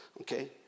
okay